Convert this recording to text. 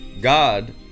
God